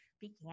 began